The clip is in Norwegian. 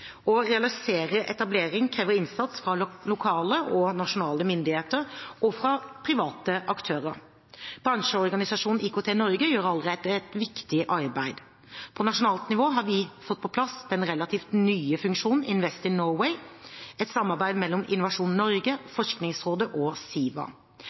Å realisere etableringer krever innsats fra lokale og nasjonale myndigheter og fra private aktører. Bransjeorganisasjonen IKT-Norge gjør allerede et viktig arbeid. På nasjonalt nivå har vi fått på plass den relativt nye funksjonen Invest in Norway – et samarbeid mellom Innovasjon Norge, Forskningsrådet og SIVA.